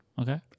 Okay